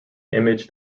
image